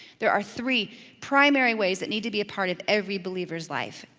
there are three primary ways that need to be a part of every believer's life,